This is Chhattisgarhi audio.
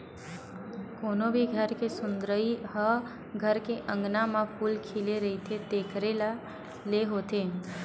कोनो भी घर के सुंदरई ह घर के अँगना म फूल खिले रहिथे तेखरे ले होथे